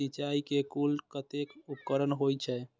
सिंचाई के कुल कतेक उपकरण होई छै?